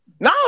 No